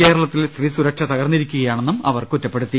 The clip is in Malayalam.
കേരളത്തിൽ സ്ത്രീസുരക്ഷ തകർന്നിരിക്കുകയാണെന്നും അവർ കുറ്റപ്പെടുത്തി